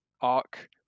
arc